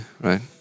right